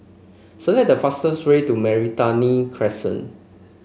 select the fastest way to Meranti Crescent